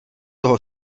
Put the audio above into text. toho